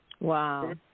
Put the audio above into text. Wow